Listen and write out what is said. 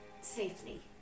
safely